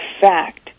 fact